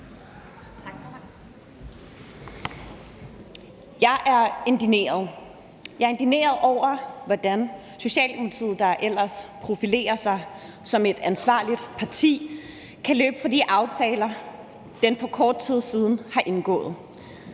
Jeg er indigneret over, hvordan Socialdemokratiet, der ellers profilerer sig som et ansvarligt parti, kan løbe fra de aftaler, man for kort tid siden har indgået.